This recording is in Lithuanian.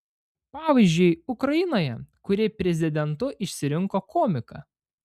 pavyzdžiui ukrainoje kuri prezidentu išsirinko komiką